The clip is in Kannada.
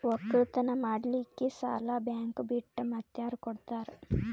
ಒಕ್ಕಲತನ ಮಾಡಲಿಕ್ಕಿ ಸಾಲಾ ಬ್ಯಾಂಕ ಬಿಟ್ಟ ಮಾತ್ಯಾರ ಕೊಡತಾರ?